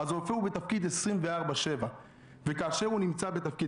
רופא הוא בתפקיד 24/7. וכאשר הוא נמצא בתפקיד